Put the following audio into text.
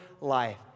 life